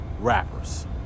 Rappers